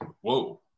whoa